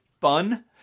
fun